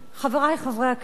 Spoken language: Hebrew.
חברי חברי הכנסת,